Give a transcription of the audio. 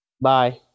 Bye